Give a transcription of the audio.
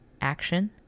action